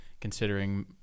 considering